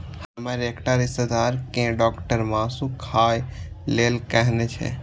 हमर एकटा रिश्तेदार कें डॉक्टर मासु खाय लेल कहने छै